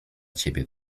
ciebie